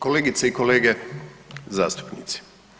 Kolegice i kolege zastupnici.